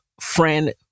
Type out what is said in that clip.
friend